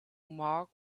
mark